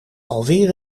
alweer